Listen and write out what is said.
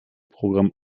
programm